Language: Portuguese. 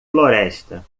floresta